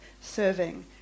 serving